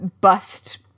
bust